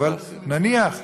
אבל נניח,